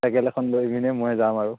cycle এখন লৈ পিনে মই যাম আৰু